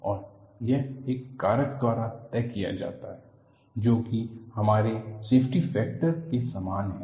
और यह एक कारक द्वारा तय किया जाता है जो की हमारे सेफ्टी फैक्टर के समान है